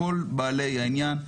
כל בעלי העניין,